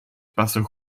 passen